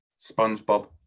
spongebob